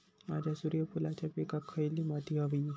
माझ्या सूर्यफुलाच्या पिकाक खयली माती व्हयी?